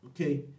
Okay